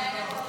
נתקבל.